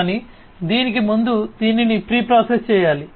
కానీ దీనికి ముందు దీనిని ప్రీ ప్రాసెస్ చేయాలి